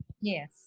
yes